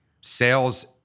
Sales